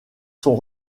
sont